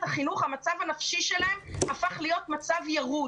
החינוך והמצב הנפשי שלהם הפך להיות מצב ירוד.